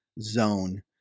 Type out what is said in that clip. zone